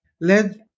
let